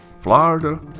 Florida